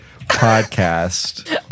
podcast